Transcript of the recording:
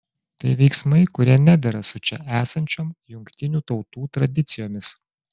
tai veiksmai kurie nedera su čia esančiom jungtinių tautų tradicijomis